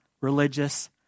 religious